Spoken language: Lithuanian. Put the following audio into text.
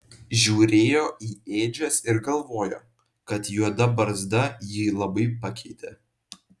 žiūrėjo į ėdžias ir galvojo kad juoda barzda jį labai pakeitė